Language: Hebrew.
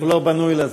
הוא לא בנוי לזה.